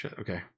okay